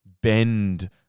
bend